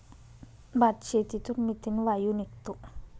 भातशेतीतून मिथेन वायू निघतो